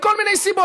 מכל מיני סיבות,